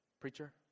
preacher